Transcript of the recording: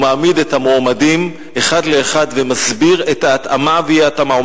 והוא מעמיד את המועמדים אחד לאחד ומסביר את ההתאמה ואי-ההתאמה.